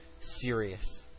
serious